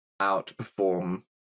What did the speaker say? outperform